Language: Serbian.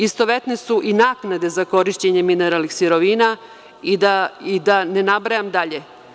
Istovetne su i naknade za korišćenje mineralnih sirovina i da ne nabrajam dalje.